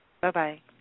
Bye-bye